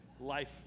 life